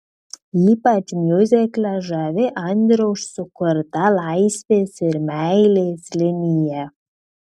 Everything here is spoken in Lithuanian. ypač miuzikle žavi andriaus sukurta laisvės ir meilės linija